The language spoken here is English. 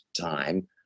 time